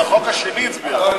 על החוק השני הצביעה.